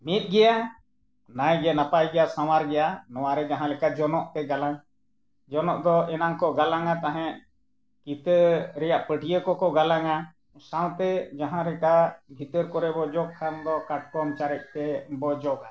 ᱢᱤᱫ ᱜᱮᱭᱟ ᱱᱟᱭ ᱜᱮᱭᱟ ᱱᱟᱯᱟᱭ ᱜᱮᱭᱟ ᱥᱟᱶᱟᱨ ᱜᱮᱭᱟ ᱱᱚᱣᱟ ᱨᱮ ᱡᱟᱦᱟᱸ ᱞᱮᱠᱟ ᱡᱚᱱᱚᱜ ᱯᱮ ᱜᱟᱞᱟᱝ ᱡᱚᱱᱚᱜ ᱫᱚ ᱮᱱᱟᱝ ᱠᱚ ᱜᱟᱞᱟᱝᱟ ᱛᱟᱦᱮᱸᱫ ᱠᱤᱛᱟᱹ ᱨᱮᱱᱟᱜ ᱯᱟᱹᱴᱭᱟᱹ ᱠᱚᱠᱚ ᱜᱟᱞᱟᱝᱟ ᱥᱟᱶᱛᱮ ᱡᱟᱦᱟᱸ ᱞᱮᱠᱟ ᱵᱷᱤᱛᱟᱹᱨ ᱠᱚᱨᱮ ᱵᱚ ᱡᱚᱜᱽ ᱠᱷᱟᱱ ᱫᱚ ᱠᱟᱴᱠᱚᱢ ᱪᱟᱨᱮᱡ ᱛᱮ ᱵᱚ ᱡᱚᱜᱟ